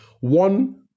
one